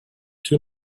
two